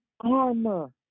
armor